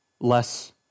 less